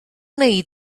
wnei